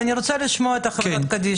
אני רוצה לשמוע את נציג חברת קדישא.